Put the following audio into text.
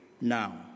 now